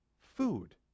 Food